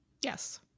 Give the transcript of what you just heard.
Yes